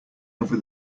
over